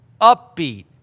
upbeat